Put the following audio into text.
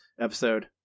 Episode